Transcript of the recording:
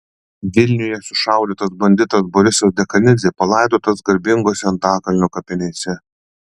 vilniuje sušaudytas banditas borisas dekanidzė palaidotas garbingose antakalnio kapinėse